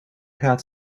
gaat